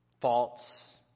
Faults